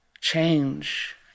change